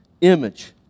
image